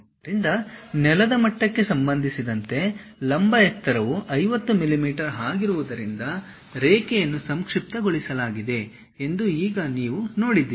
ಆದ್ದರಿಂದ ನೆಲದ ಮಟ್ಟಕ್ಕೆ ಸಂಬಂಧಿಸಿದಂತೆ ಲಂಬ ಎತ್ತರವು 50 ಮಿಲಿಮೀಟರ್ ಆಗಿರುವುದರಿಂದ ರೇಖೆಯನ್ನು ಸಂಕ್ಷಿಪ್ತಗೊಳಿಸಲಾಗಿದೆ ಎಂದು ಈಗ ನೀವು ನೋಡಿದ್ದೀರಿ